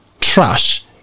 trash